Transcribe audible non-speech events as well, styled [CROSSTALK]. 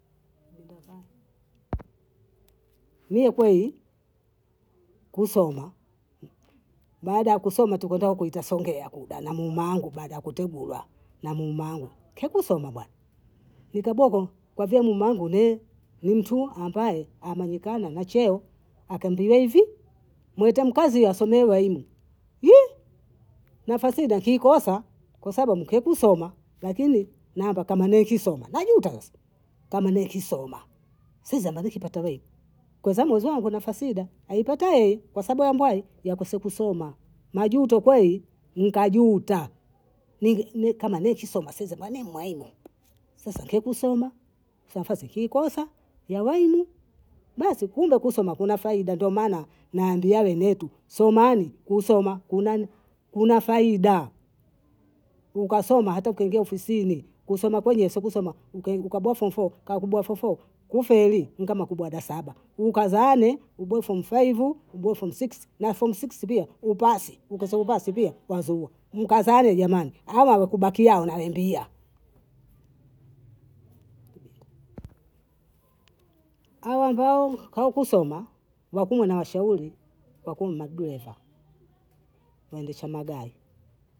[NOISE] mie kwei, kusoma, baada ya kusoma tukaenda kuita songea kuda na muma angu baaeda ya kutegulwa, na muma angu kekusoma bana, nikaboko kwa vile muma angu ni mtu ambaye amenikana na cheo, akambia hivi, muita mkazi asomee uaimu, [HESITATION] nafasi hii dakikosa kwa sabu amke kusoma lakini namba kama nikisoma najuta sasa, kama nikisoma, si zamani kipata we kozi wamwuezangu nafasida, alipata ei kwa sabu ya mbwai yakisokusoma, najuta kwei, nikajuta, [HESITATION] kama nikisoma si zamani mi mwaimu, sasa nki kusoma, sa nafasi ki kosa ya wami, basi kumbe kusoma kuna faida ndo maana nawaambia wenetu somani, kusoma kuna faida, ukasoma hata ukiingia ofisini, kusoma kwenye si kusoma ukaboo fomu foo, ka ukuboa fomu foo kufeli kama nkama kubwada saba, ukazani uboo fomu faivu, uboo fomu siksi, na fomu siksi pia upasi, ukiso upasi pia wazuo, mkazane jamani, hawa hawakubaki yao nawembia, [HESITATION] hao ambao hawakusoma, wakumwe nawashauri, wakumwe madureva, [NOISE] waendesha magari.